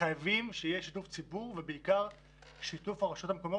חייבים שיהיה שיתוף ציבור ובעיקר שיתוף הרשויות המקומיות